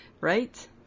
Right